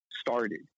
started